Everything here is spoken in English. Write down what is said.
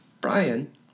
Brian